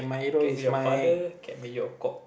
can be your father can be your co~